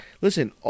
listen